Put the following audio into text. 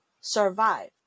survive